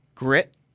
Grit